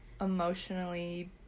emotionally